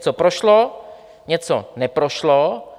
Něco prošlo, něco neprošlo.